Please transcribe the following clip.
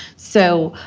so,